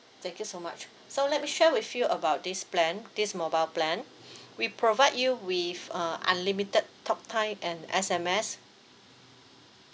thank you so much so let me share with you about this plan this mobile plan we provide you with uh unlimited talk time and S_M_S